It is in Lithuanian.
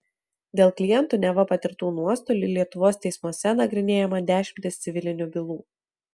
dėl klientų neva patirtų nuostolių lietuvos teismuose nagrinėjama dešimtys civilinių bylų